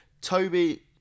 Toby